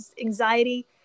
anxiety